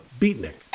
beatnik